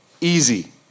easy